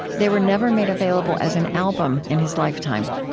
they were never made available as an album in his lifetime